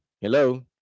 hello